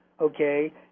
okay